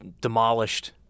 demolished